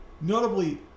notably